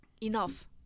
enough